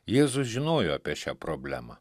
jėzus žinojo apie šią problemą